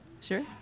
Sure